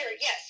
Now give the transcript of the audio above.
yes